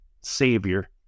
savior